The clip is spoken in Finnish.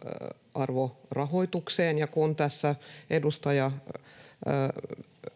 tasa-arvorahoitukseen. Kun tässä edustaja